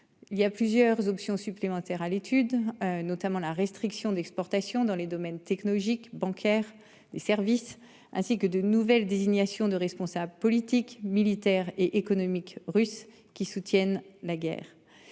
Il y a plusieurs options supplémentaires à l'étude, notamment la restriction d'exportation dans les domaines technologiques bancaire, des services ainsi que de nouvelles désignation de responsables politiques, militaires et économiques russes qui soutiennent la guerre.